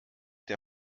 der